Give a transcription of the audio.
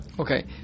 Okay